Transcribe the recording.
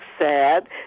sad